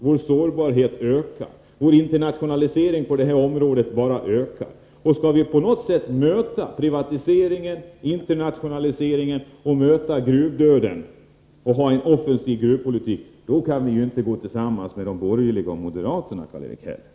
Vår sårbarhet ökar, och vår internationalisering på detta område ökar. Skall vi på något sätt kunna möta privatiseringen och internationaliseringen, motverka gruvdöden och föra en offensiv gruvpolitik kan vi inte gå tillsammans med de borgerliga och moderaterna, Karl-Erik Häll.